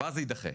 ואז זה יידחה.